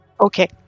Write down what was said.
Okay